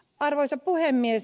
arvoisa puhemies